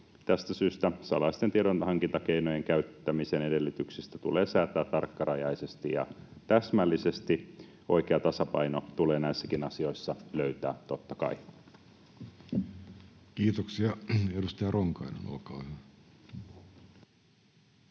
Tästä syystä salaisten tiedonhankintakeinojen käyttämisen edellytyksistä tulee säätää tarkkarajaisesti ja täsmällisesti. Oikea tasapaino tulee näissäkin asioissa löytää, totta kai. [Speech 56] Speaker: Jussi